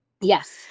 Yes